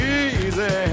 easy